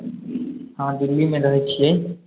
हँ दिल्लीमे रहै छिए